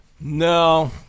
No